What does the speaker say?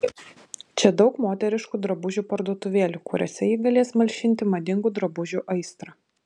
čia daug moteriškų drabužių parduotuvėlių kuriose ji galės malšinti madingų drabužių aistrą